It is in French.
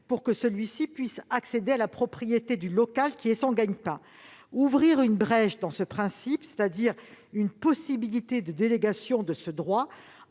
pour qu'il puisse accéder à la propriété du local qui est son gagne-pain. Ouvrir une brèche dans ce principe, c'est-à-dire une possibilité de délégation de ce droit,